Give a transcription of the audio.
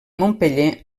montpeller